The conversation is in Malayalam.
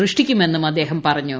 സൃഷ്ടിക്കുമെന്നും അദ്ദേഹം പറഞ്ഞു